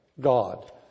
God